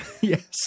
Yes